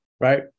right